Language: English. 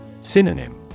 Synonym